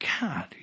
God